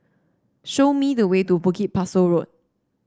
show me the way to Bukit Pasoh Road